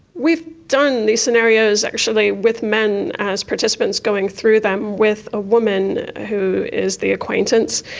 we've done these scenarios actually with men as participants going through them with a woman who is the acquaintance,